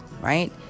right